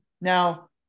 now